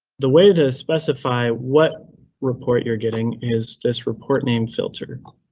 the way to specify what report you're getting is this reportname filter.